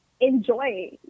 enjoy